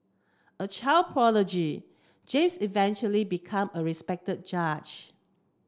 a child prodigy James eventually become a respect judge